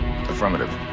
Affirmative